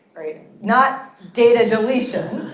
right. not data deletion,